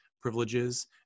privileges